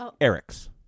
Eric's